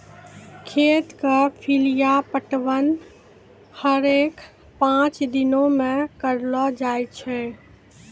खेत क फलिया पटवन हरेक पांच दिनो म करलो जाय छै